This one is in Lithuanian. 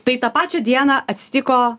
tai pačią dieną atsitiko